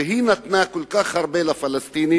ושהיא נתנה כל כך הרבה לפלסטינים,